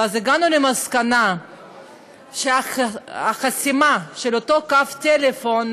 ואז הגענו למסקנה שהחסימה של אותו קו טלפון,